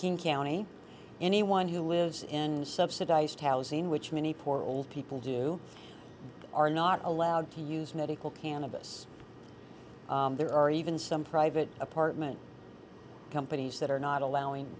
king county anyone who lives in subsidized housing which many poor old people do are not allowed to use medical cannabis there are even some private apartment companies that are not allowing